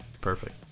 perfect